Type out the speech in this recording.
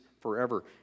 forever